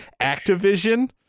activision